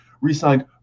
re-signed